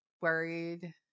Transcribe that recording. worried